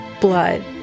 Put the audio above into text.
blood